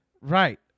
Right